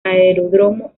aeródromo